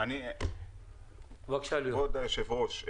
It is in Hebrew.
כבוד היושב-ראש,